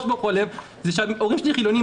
ברוך הוא עליהם הוא שההורים שלי חילונים,